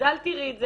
אז אל תראי את זה,